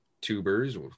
tubers